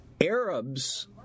Arabs